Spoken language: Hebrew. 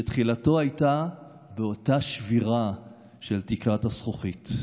שתחילתו הייתה באותה שבירה של תקרת הזכוכית.